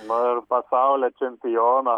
nu ir pasaulio čempiono